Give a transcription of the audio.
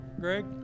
Greg